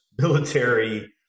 military